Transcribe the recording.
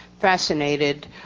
fascinated